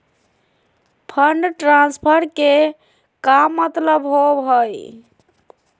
Fund transfer के का मतलब होव हई?